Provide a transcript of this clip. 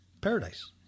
Paradise